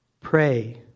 Pray